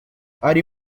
ari